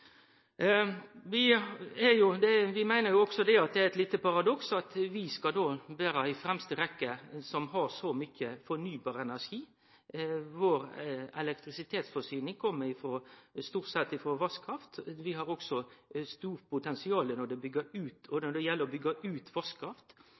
Vi meiner òg at det er eit lite paradoks at vi skal vere i fremste rekkje som har så mykje fornybar energi. Vår elektrisitetsforsyning kjem stort sett frå vasskraft. Vi har òg stort potensial når det gjeld å byggje ut